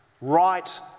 right